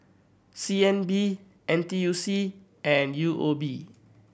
C N B N T U C and U O B